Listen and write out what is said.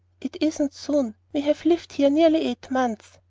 it isn't soon. we have lived here nearly eight months.